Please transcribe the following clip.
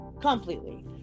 completely